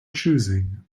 choosing